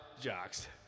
jocks